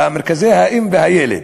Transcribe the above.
במרכזי אם וילד.